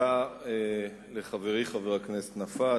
תודה לחברי חבר הכנסת נפאע.